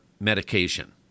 medication